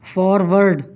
forward